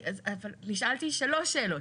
אבל נשאלתי שלוש שאלות.